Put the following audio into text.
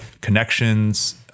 connections